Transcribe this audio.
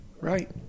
right